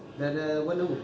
dah dah one hour